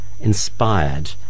inspired